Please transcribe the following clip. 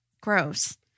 gross